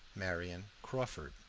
marion crawford